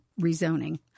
rezoning